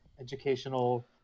educational